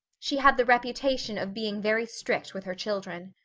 she had the reputation of being very strict with her children.